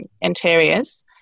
interiors